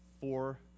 four